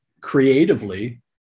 creatively